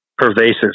pervasive